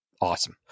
awesome